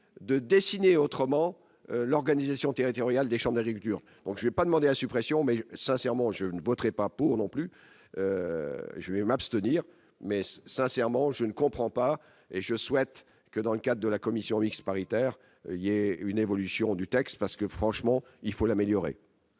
de dessiner autrement l'organisation territoriale des chambres d'agriculture, donc j'ai pas demandé à suppression mais sincèrement, je ne voterai pas pour non plus, je vais m'abstenir mais sincèrement je ne comprends pas, et je souhaite que dans le cas de la commission mixte paritaire, il y a une évolution du texte, parce que franchement, il faut l'améliorer.